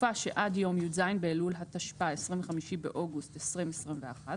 בתקופה שעד יום י"ז באלול התשפ"א (25 באוגוסט 2021),